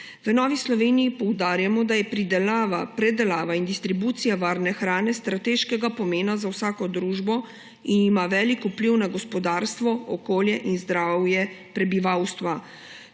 V Novi Sloveniji poudarjamo, da so pridelava, predelava in distribucija varne hrane strateškega pomena za vsako družbo in imajo velik vpliv na gospodarstvo, okolje in zdravje prebivalstva.